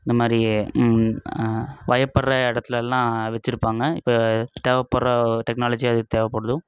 இந்த மாதிரி பயப்பட்ற இடத்துலலாம் வைச்சுருப்பாங்க இப்போ தேவப்படுற டெக்னாலஜியாக இது தேவப்படுது